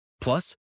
Plus